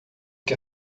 que